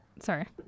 Sorry